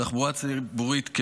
בתחבורה ציבורית,